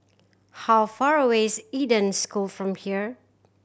how far away is Eden School from here